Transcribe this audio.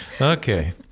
Okay